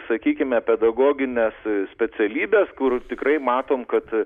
sakykime pedagogines specialybes kur tikrai matom kad